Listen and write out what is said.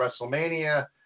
WrestleMania